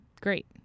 Great